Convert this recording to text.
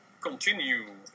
continue